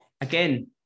again